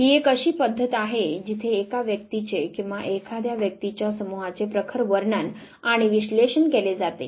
ही एक अशी पद्धत आहे जिथे एका व्यक्तीचे किंवा एखाद्या व्यक्तीच्या समूहाचे प्रखर वर्णन आणि विश्लेषण केले जाते